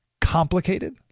complicated